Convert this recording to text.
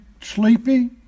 sleepy